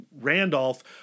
Randolph